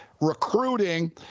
recruiting